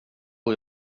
och